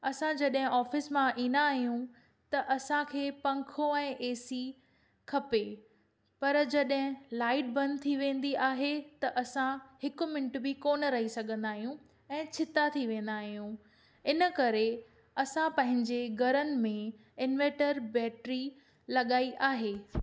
असां जॾहिं ऑफिस मां ईंदा आहियूं त असांखे पंखो ऐं ए सी खपे पर जॾहिं लाइट बंदि थी वेंदी आहे त असां हिकु मिन्ट बि कोन रही सघंदा आहियूं ऐं छिता थी वेंदा आहियूं हिन करे असां पंहिंजे घरनि में इनवर्टर बैटरी लॻाई आहे